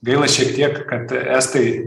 gaila šiek tiek kad estai